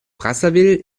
brazzaville